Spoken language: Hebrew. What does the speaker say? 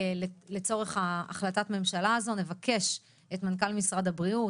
לצורך החלטת הממשלה הזאת נבקש את מנכ"ל משרד הבריאות,